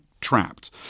Trapped